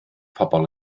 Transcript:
pobl